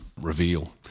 reveal